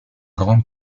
grande